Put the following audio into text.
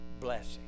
blessing